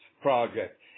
project